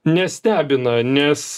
nestebina nes